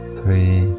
three